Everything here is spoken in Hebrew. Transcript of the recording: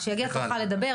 כשיגיע תורך לדבר,